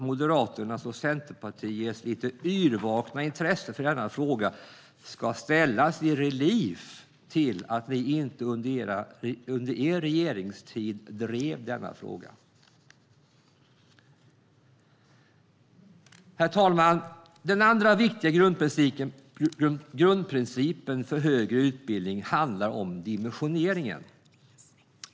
Moderaternas och Centerpartiets lite yrvakna intresse för denna fråga ska ställas i relief till att de inte under sin regeringstid drev denna fråga. Herr talman! Den andra viktiga grundprincipen för högre utbildning är dimensioneringen.